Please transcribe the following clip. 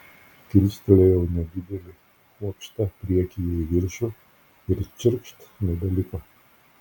kilstelėjau nedidelį kuokštą priekyje į viršų ir čirkšt nebeliko